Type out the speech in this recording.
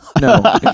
No